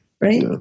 right